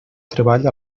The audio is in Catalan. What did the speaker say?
treball